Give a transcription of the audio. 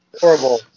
horrible